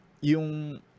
yung